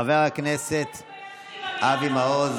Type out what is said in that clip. חבר הכנסת אבי מעוז.